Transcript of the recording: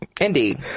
Indeed